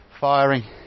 firing